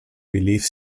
belief